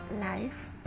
life